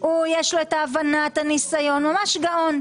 יש לו את ההבנה, את הניסיון, הוא ממש גאון.